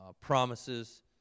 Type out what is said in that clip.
promises